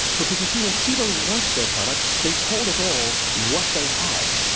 because you see, when tivo launched their product, they told us all what they had.